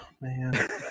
man